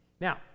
Now